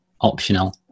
optional